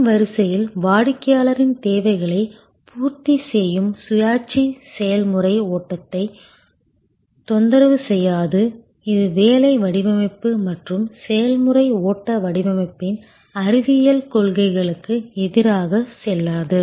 முன் வரிசையில் வாடிக்கையாளரின் தேவைகளைப் பூர்த்தி செய்யும் சுயாட்சி செயல்முறை ஓட்டத்தைத் தொந்தரவு செய்யாது இது வேலை வடிவமைப்பு மற்றும் செயல்முறை ஓட்ட வடிவமைப்பின் அறிவியல் கொள்கைகளுக்கு எதிராக செல்லாது